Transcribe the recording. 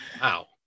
Wow